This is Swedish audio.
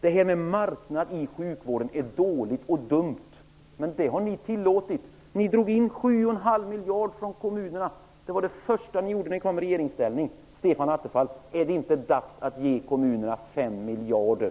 Detta med marknadstänkande i sjukvården är dåligt och dumt, men det har ni tillåtit. Ni drog in ca 7,5 miljarder från kommunerna. Det var det första ni gjorde när ni kom i regeringsställning. Stefan Attefall! Är det inte dags att ge kommunerna 5 miljarder?